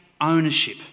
ownership